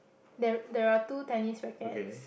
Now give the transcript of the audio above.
there there are two tennis rackets